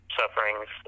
sufferings